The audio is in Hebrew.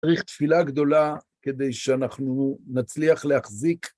צריך תפילה גדולה כדי שאנחנו נצליח להחזיק.